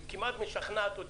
היא כמעט משכנעת אותי,